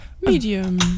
Medium